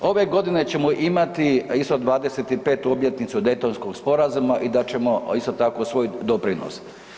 Ove godine ćemo imati isto 25 obljetnicu Daytonskog sporazuma i dat ćemo isto tako svoj doprinos.